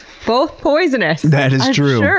both poisonous! that is true.